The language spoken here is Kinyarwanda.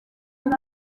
muri